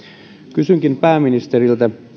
kysynkin pääministeriltä